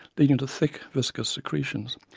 leading to thick, viscous secretions,